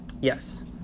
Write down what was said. Yes